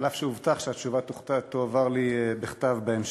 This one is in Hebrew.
אף שהובטח שהתשובה תועבר לי בכתב בהמשך.